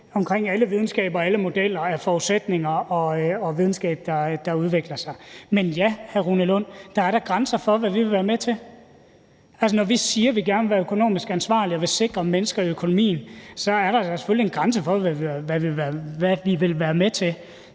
omkring alle videnskaber og alle modeller er forudsætninger og videnskab, der udvikler sig. Men ja, vil jeg sige til hr. Rune Lund, der er da grænser for, hvad vi vil være med til. Altså, når vi siger, at vi gerne vil være økonomisk ansvarlige og sikre mennesker i økonomien, så er der da selvfølgelig en grænse for, hvad vi vil være med til.